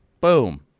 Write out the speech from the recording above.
boom